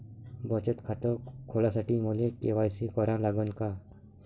बचत खात खोलासाठी मले के.वाय.सी करा लागन का?